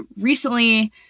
recently